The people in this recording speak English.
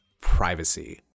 privacy